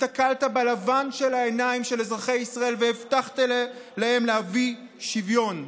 הסתכלת בלבן של העיניים של אזרחי ישראל והבטחת להם להביא שוויון.